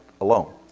alone